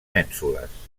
mènsules